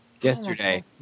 yesterday